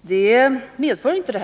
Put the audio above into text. beslutet skulle ligga som en död hand över området.